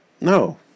No